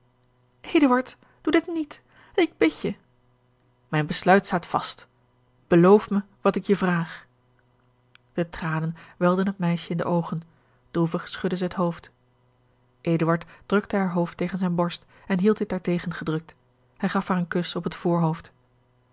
doe dit niet ik bid je mijn besluit staat vast beloof mij wat ik je vraag de tranen welden het meisje in de oogen droevig schudde zij het hoofd eduard drukte haar hoofd tegen zijne borst en hield dit daartegen gedrukt hij gaf haar een kus op het voorhoofd